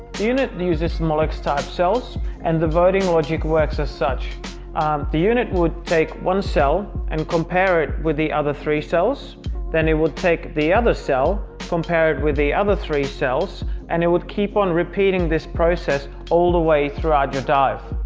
unit the uses molix type cells and the voting logic works as such the unit would take one cell and compare it with the other three cells then it would take the other cell compare it with the other three cells and it would keep on repeating this process all the way throughout your dive.